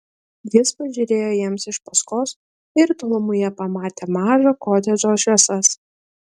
jis pažiūrėjo jiems iš paskos ir tolumoje pamatė mažo kotedžo šviesas